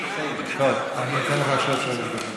בבקשה, אתן לך שלוש דקות.